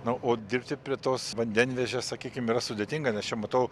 na o dirbti prie tos vandenvežės sakykim yra sudėtinga nes čia matau